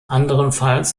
andernfalls